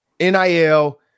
NIL